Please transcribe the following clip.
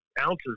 ounces